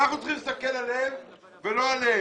אנחנו צריכים להסתכל עליהם ולא עליהם.